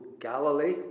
Galilee